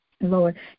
Lord